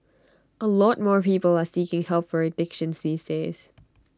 A lot more people are seeking help for addictions these days